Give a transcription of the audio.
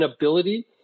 ability